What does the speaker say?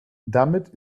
damit